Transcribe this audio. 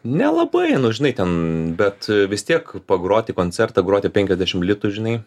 nelabai nu žinai ten bet vis tiek pagroti koncertą groti penkiasdešim litų žinai